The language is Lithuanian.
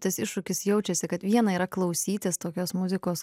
tas iššūkis jaučiasi kad viena yra klausytis tokios muzikos